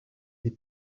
des